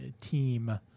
team